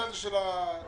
התשובה שלך